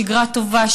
שגרה טובה,